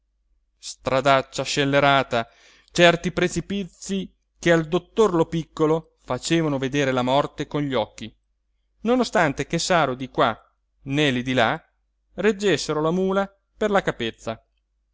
occhi stradaccia scellerata certi precipizi che al dottor lopiccolo facevano vedere la morte con gli occhi non ostante che saro di qua neli di là reggessero la mula per la capezza